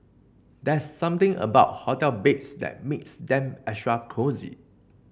there's something about hotel beds that makes them extra cosy